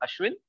Ashwin